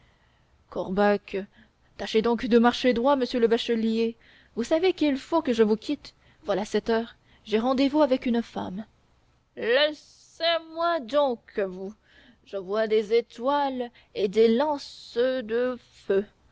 corbacque tâchez donc de marcher droit monsieur le bachelier vous savez qu'il faut que je vous quitte voilà sept heures j'ai rendez-vous avec une femme laissez-moi donc vous je vois des étoiles et des lances de feu